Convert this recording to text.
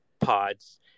pods